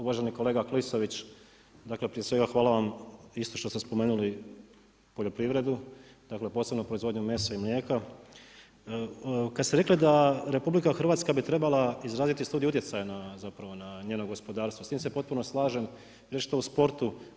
Uvaženi kolega Klisović, dakle prije svega hvala vam isto što ste spomenuli poljoprivredu, dakle, posebnu proizvodnju mesa i mlijeka, kada ste rekli da RH, bi trebala izraditi studije utjecaja na njeno gospodarstvo, s tim se potpuno slažem, nešto o sportu.